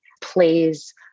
plays